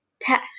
Test